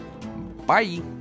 Bye